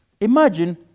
imagine